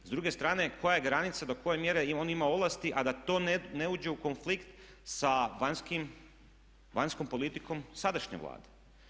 S druge strane, koja je granica do koje mjere on ima ovlasti a da to ne uđe u konflikt sa vanjskom politikom sadašnje Vlade.